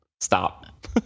stop